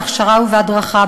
בהכשרה ובהדרכה,